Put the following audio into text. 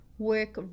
work